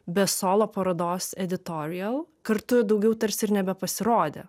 be solo parodos editorijel kartu daugiau tarsi ir nebepasirodė